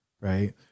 right